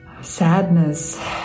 sadness